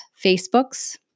Facebooks